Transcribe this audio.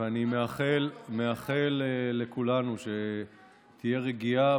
אני מאחל לכולנו שתהיה רגיעה.